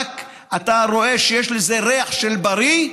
אתה רואה שכשרק יש לזה ריח של בריא,